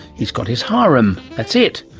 he's got his harem, that's it.